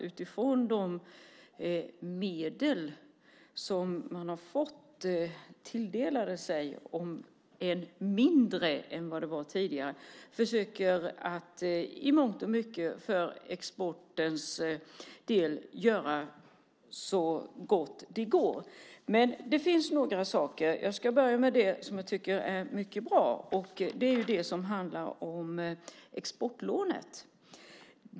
Utifrån de medel som man har fått sig tilldelad, om än mindre än vad det var tidigare, försöker man i mångt och mycket för exportens del att göra så gott det går. Men det finns några saker. Jag ska börja med det som jag tycker är mycket bra. Det är det som handlar om exportlånet.